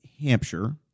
Hampshire